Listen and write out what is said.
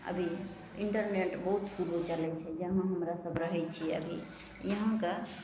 अभी इन्टरनेट बहुत स्लो चलै छै जहाँ हमरासभ रहै छिए अभी इहाँके